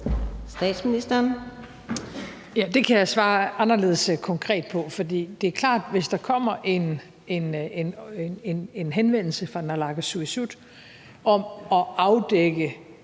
Frederiksen): Ja, det kan jeg svare anderledes konkret på, for det er klart, at hvis der kommer en henvendelse fra naalakkersuisut om at afdække,